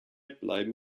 bleiben